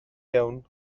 iawn